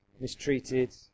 mistreated